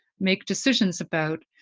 make decisions about?